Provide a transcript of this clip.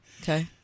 Okay